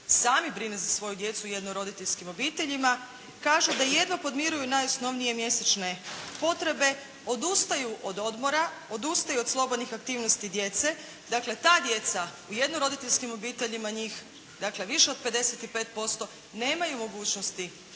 sami brinu za svoju djecu u jednoroditeljskim obiteljima kažu da jedva podmiruju najosnovnije mjesečne potpore odustaju od odmora, odustaju od slobodnih aktivnosti djece. Dakle, ta djeca u jednoroditeljskim obiteljima njih dakle više od 55% nemaju mogućnosti